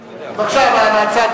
בבקשה, אבל מהצד,